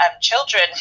children